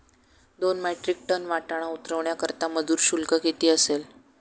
दोन metric ton वाटाणा उतरवण्याकरता मजूर शुल्क किती असेल?